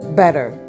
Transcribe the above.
better